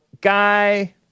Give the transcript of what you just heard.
guy